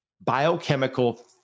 biochemical